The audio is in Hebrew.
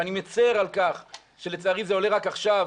ואני מצר על כך שלצערי זה עולה רק עכשיו,